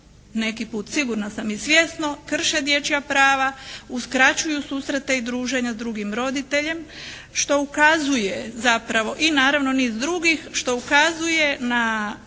neki put sigurna sam i svjesno krše dječja prava, uskraćuju susrete i druženja s drugim roditeljem, što ukazuje zapravo i naravno niz drugih što ukazuje na